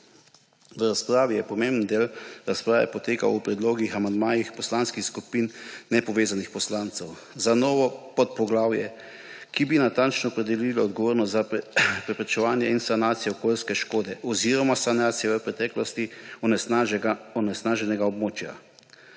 pisni obliki. Pomemben del razprave je potekal o predlogih amandmajev Poslanske skupine nepovezanih poslancev za novo podpoglavje, ki bi natančno opredelilo odgovornost za preprečevanje in sanacijo okoljske škode oziroma sanacijo v preteklosti onesnaženega območja.